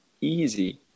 easy